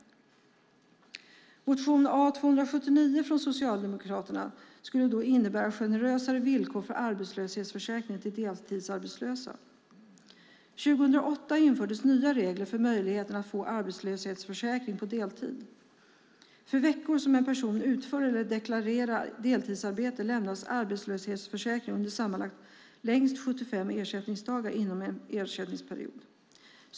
Motion A279 från Socialdemokraterna skulle innebära generösare villkor när det gäller arbetslöshetsförsäkringen till deltidsarbetslösa. År 2008 infördes nya regler för möjligheten att få ersättning från arbetslöshetsförsäkringen på deltid. För veckor som en person utför eller deklarerar deltidsarbete lämnas ersättning från arbetslöshetsförsäkringen under längst 75 ersättningsdagar inom en ersättningsperiod.